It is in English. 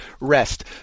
rest